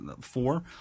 four